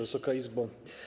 Wysoka Izbo!